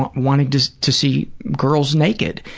wanting to to see girls naked.